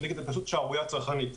פשוט שערורייה צרכנית.